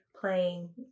playing